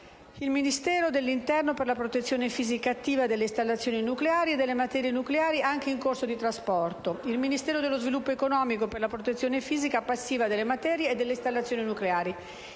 il Ministero dell'interno per la protezione fisica attiva delle installazioni nucleari e delle materie nucleari anche in corso di trasporto, il Ministero dello sviluppo economico per la protezione fisica passiva delle materie e delle installazioni nucleari,